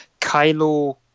Kylo